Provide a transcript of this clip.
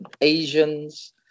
Asians